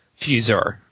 fuser